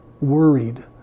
worried